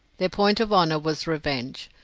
their point of honour was revenge,